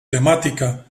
temática